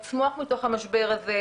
לצמוח מתוך המשבר הזה,